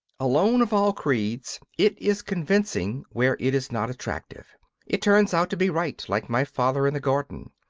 alone of all creeds it is convincing where it is not attractive it turns out to be right, like my father in the garden.